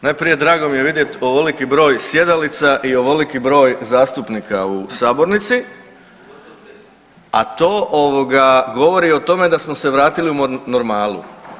Najprije drago mi je vidjet ovoliki broj sjedalica i ovoliki broj zastupnika u sabornici, a to govori o tome da smo se vratili u normalu.